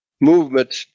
Movement